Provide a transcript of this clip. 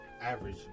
average